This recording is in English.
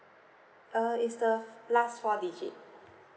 uh is the last four digit